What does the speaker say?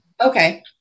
Okay